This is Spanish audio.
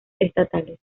estatales